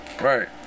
Right